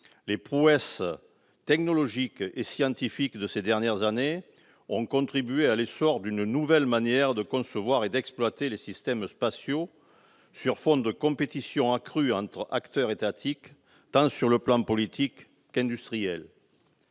Les prouesses technologiques et scientifiques des dernières années ont contribué à l'essor d'une nouvelle manière de concevoir et d'exploiter les systèmes spatiaux, sur fond de compétition accrue entre acteurs étatiques, sur le plan tant politique qu'industriel.